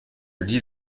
lis